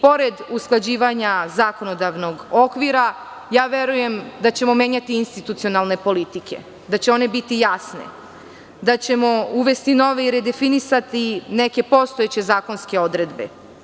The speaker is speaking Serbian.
Pored usklađivanja zakonodavnog okvira, verujem da ćemo menjati institucionalne politike, da će one biti jasne, da ćemo uvesti nove i redefinisati neke postojeće zakonske odredbe.